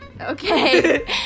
okay